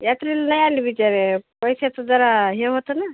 यात्रेला नाही आली बिचारी पैशाचं जरा हे होतं ना